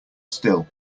still